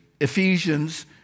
Ephesians